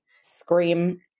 scream